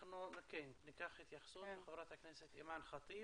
אנחנו נשמע התייחסות מחברת הכנסת אימאן ח'טיב.